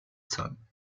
son